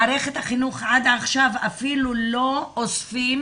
מערכת החינוך עד עכשיו אפילו לא אוספים